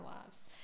lives